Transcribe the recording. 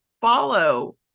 follow